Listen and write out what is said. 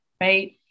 Right